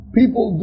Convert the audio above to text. people